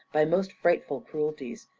by most frightful cruelties,